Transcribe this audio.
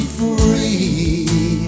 free